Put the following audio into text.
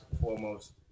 foremost